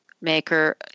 maker